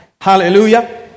Hallelujah